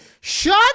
Shut